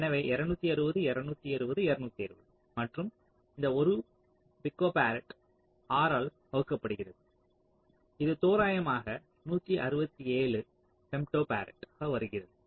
எனவே 260 260 260 மற்றும் இந்த 1 பைக்கோபாரட் 6 ஆல் வகுக்கப்படுகிறது இது தோராயமாக 167 ஃபெம்டோ ஃபராட் வருகிறது